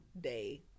day